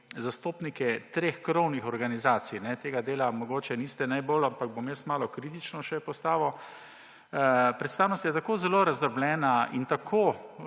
zastopnike treh krovnih organizacij. Tega dela mogoče niste najbolj, ampak bom jaz malo kritično še postavil. Predstavnost je tako zelo razdrobljena in tako